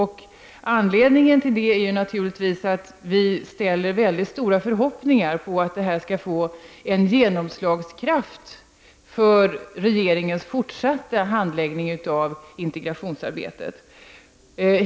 Anledningen härtill är naturligtvis våra stora förhoppningar om att detta skall få en genomslagskraft för regeringens fortsatta handläggning av integrationsarbetet.